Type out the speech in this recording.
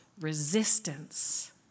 resistance